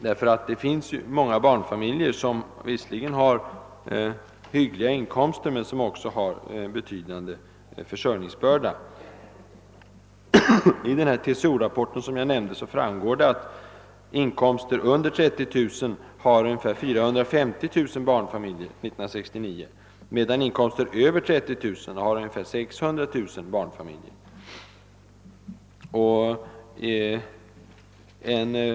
Det finns nämligen många barnfamiljer som visserligen har hyggliga inkomster men som också har en betydande försörjningsbörda. Av den TCO-rapport jag nämnde framgår, att ungefär 450 000 barnfamiljer 1969 hade en inkomst under 30 000 kronor per år, medan ungefär 600 000 barnfamiljer hade en inkomst över 30 000 kronor per år.